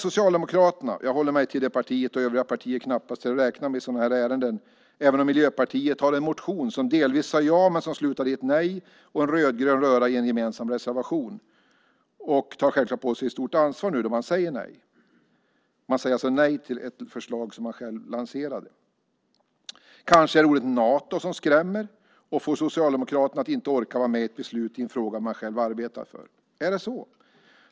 Socialdemokraterna - jag håller mig till det partiet då övriga partier knappast är att räkna med i sådana här ärenden, även om Miljöpartiet har en motion där man delvis säger ja men som slutar i ett nej och en rödgrön röra i en gemensam reservation - tar självklart på sig ett stort ansvar när man nu säger nej. Man säger alltså nej till ett förslag som man själv har lanserat. Kanske är det ordet "Nato" som skrämmer och som gör att Socialdemokraterna inte orkar vara med om ett beslut i en fråga som de själva arbetat för. Är det så?